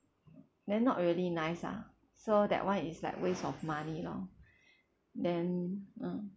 then not really nice ah so that [one] is like waste of money lor then uh